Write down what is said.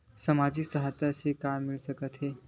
सामाजिक सहायता से का मिल सकत हे?